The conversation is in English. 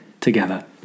together